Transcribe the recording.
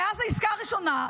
מאז העסקה הראשונה,